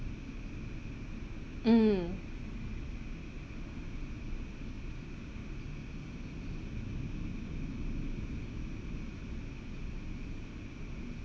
mm